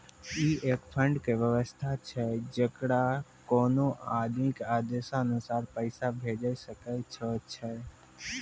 ई एक फंड के वयवस्था छै जैकरा कोनो आदमी के आदेशानुसार पैसा भेजै सकै छौ छै?